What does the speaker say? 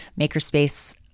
Makerspace